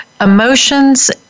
emotions